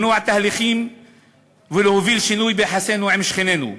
למנוע תהליכים ולהוביל שינוי ביחסינו עם שכנינו.